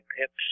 Pips